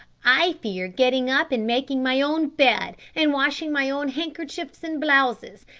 i fear getting up and making my own bed and washing my own handkerchiefs and blouses,